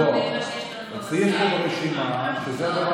לא, מופיע אצלי ברשימה שזה,